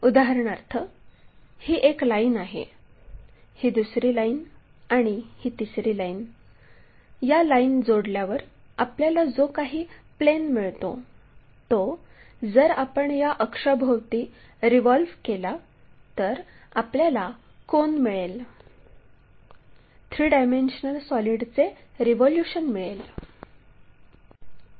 उदाहरणार्थ ही एक लाईन ही दुसरी लाईन आणि ही तिसरी लाईन या लाईन जोडल्यावर आपल्याला जो काही प्लेन मिळतो तो जर आपण या अक्षाभोवती रिव्हॉल्व केला तर आपल्याला कोन मिळेल 3 डायमेन्शनल सॉलिडचे रिव्होल्यूशन मिळेल